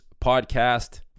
podcast